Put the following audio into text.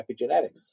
epigenetics